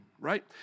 right